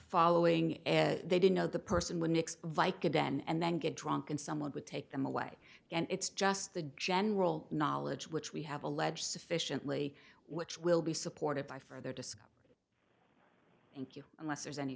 following they didn't know the person would nix like again and then get drunk and someone would take them away and it's just the general knowledge which we have allege sufficiently which will be supported by further discovery thank you unless there's any